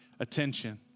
attention